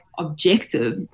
objective